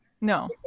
no